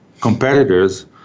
competitors